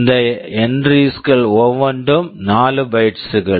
இந்த entries entries கள் ஒவ்வொன்றும் 4 பைட்ஸ் bytes கள்